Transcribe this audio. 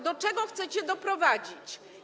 Do czego chcecie doprowadzić?